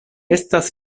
estas